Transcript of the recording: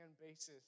basis